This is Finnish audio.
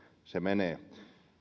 se menee